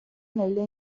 nelle